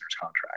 contract